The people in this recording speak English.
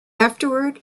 afterward